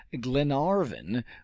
glenarvan